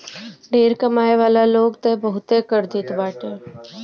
ढेर कमाए वाला लोग तअ बहुते कर देत बाटे